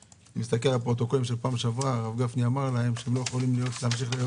בישיבה הקודמת הרב גפני אמר להם שהם לא יכולים להמשיך להיות